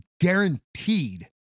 guaranteed